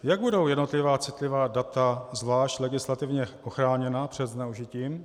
Jak budou jednotlivá citlivá data zvlášť legislativně ochráněna před zneužitím?